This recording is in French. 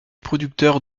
producteur